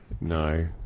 No